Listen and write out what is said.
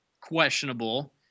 questionable